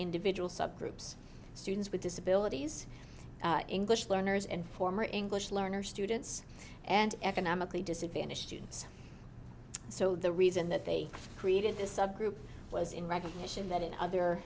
individual subgroups students with disabilities english learners and former english learners students and economically disadvantaged students so the reason that they created this subgroup was in recognition that in other